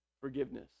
forgiveness